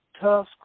tough